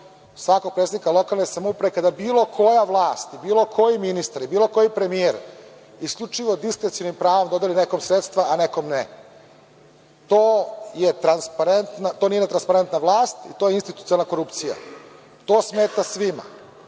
svakog predsednika lokalne samouprave kada bilo koja vlast, bilo koji ministar ili bilo koji premijer, isključivo diskrecionim pravim dodeli nekom sredstva, a nekom ne. To je nije transparentna vlast, to je institucionalna korupcija. To smeta svima.